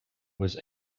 was